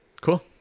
Cool